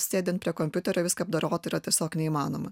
sėdint prie kompiuterio viską apdorot yra tiesiog neįmanoma